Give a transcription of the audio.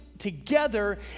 Together